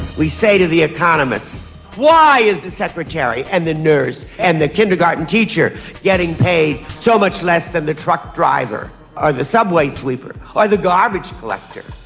we say to the economists why is the secretary and the nurse and the kindergarten teacher getting paid so much less than the truck driver or the subway sweeper or the garbage collector?